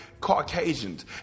Caucasians